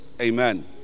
amen